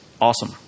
awesome